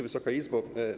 Wysoka Izbo!